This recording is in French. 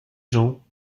gens